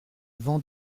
vent